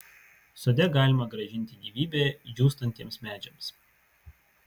sode galima grąžinti gyvybę džiūstantiems medžiams